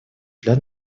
для